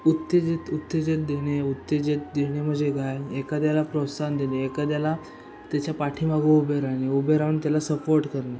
उत्तेजित उत्तेजन देणे उत्तेजन देणे म्हणजे काय एखाद्याला प्रोत्साहन देणे एखाद्याला त्याच्या पाठीमागं उभे राहणे उभे राहून त्याला सपोर्ट करणे